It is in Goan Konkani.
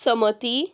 समती